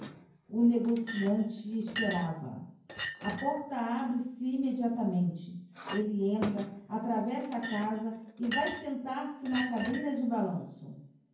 o negociante esperava-a a porta abre-se immediatamente elle entra atravessa a casa e vae sen tar se na cadeira de balanço